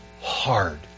hard